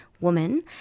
woman